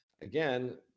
again